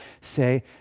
say